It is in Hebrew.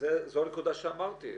זו הנקודה שאמרתי.